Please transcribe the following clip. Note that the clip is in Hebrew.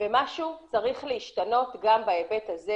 ומשהו צריך להשתנות גם בהיבט הזה,